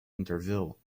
interview